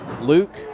Luke